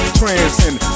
transcend